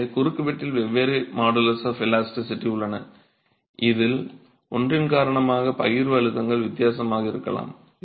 எனவே குறுக்குவெட்டில் வெவ்வேறு மாடுலஸ் ஆஃப் இலாஸ்டிசிட்டி உள்ளன இதில் ஒன்றின் காரணமாக பகிர்வு அழுத்தங்கள் வித்தியாசமாக இருக்கலாம்